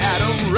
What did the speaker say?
Adam